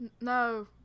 no